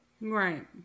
Right